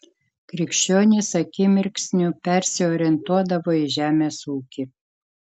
krikščionys akimirksniu persiorientuodavo į žemės ūkį